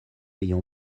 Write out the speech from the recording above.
ayant